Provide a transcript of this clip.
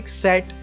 set